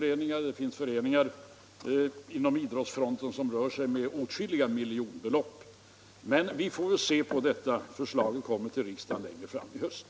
En del av föreningarna inom idrottsrörelsen rör sig med belopp på åtskilliga miljoner. Vi får se på dessa frågor litet närmare när förslaget kommer till riksdagen till hösten.